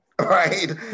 right